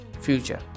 Future